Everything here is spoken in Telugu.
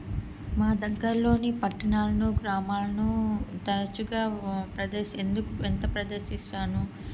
మా దగ్గరలోని పట్టణాలను గ్రామాలను తరచుగా ప్రదర్శి ఎందుకు ఎంత ప్రదర్శిస్తాను